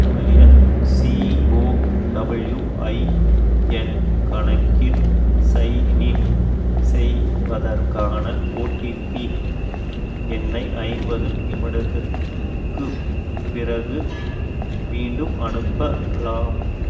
உடைய சிஓடபிள்யூஐஎன் கணக்கில் சைன்இன் செய்வதற்கான ஓடிபி எண்ணை ஐம்பது நிமிடத்திற்குப் பிறகு மீண்டும் அனுப்பலாம்